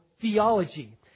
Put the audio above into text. theology